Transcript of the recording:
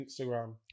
Instagram